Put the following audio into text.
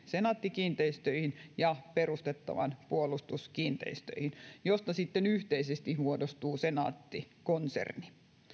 senaatti kiinteistöihin ja perustettavaan puolustuskiinteistöihin joista sitten yhteisesti muodostuu senaatti konserni